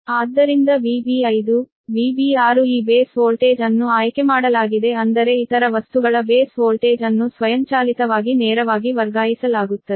ಆದ್ದರಿಂದ VB5VB6 ಈ base voltage ಅನ್ನು ಆಯ್ಕೆಮಾಡಲಾಗಿದೆ ಅಂದರೆ ಇತರ ವಸ್ತುಗಳ ಬೇಸ್ ವೋಲ್ಟೇಜ್ ಅನ್ನು ಸ್ವಯಂಚಾಲಿತವಾಗಿ ನೇರವಾಗಿ ವರ್ಗಾಯಿಸಲಾಗುತ್ತದೆ